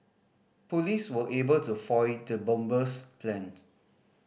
police were able to foil the bomber's plans